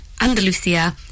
Andalusia